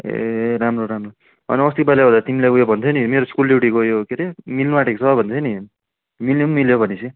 ए राम्रो राम्रो होइन अस्तिको पालि आउँदा तिमीले उयो भन्थ्यौ नि मेरो स्कुल ड्युटीको यो के अरे मिल्नु आँटेको छ भन्थ्यौ नि मिल्नु नि मिल्यो भने पछि